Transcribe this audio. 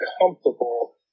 comfortable